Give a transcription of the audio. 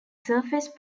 surface